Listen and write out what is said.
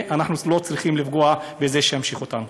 אנחנו לא צריכים לפגוע בזה שימשיך אותנו.